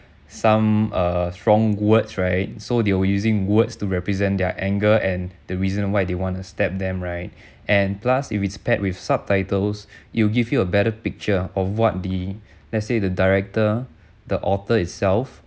some uh strong words right so they were using words to represent their anger and the reason why they want to stab them right and plus if it's paired with subtitles it will give you a better picture of what the let's say the director the author itself